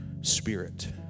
spirit